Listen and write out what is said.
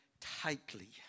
tightly